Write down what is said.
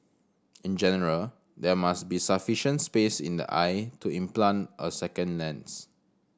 in general there must be sufficient space in the eye to implant a second lens